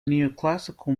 neoclassical